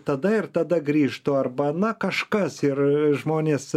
tada ir tada grįžtu arba na kažkas ir žmonės